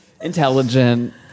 intelligent